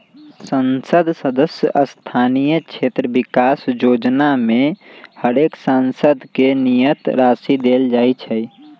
संसद सदस्य स्थानीय क्षेत्र विकास जोजना में हरेक सांसद के नियत राशि देल जाइ छइ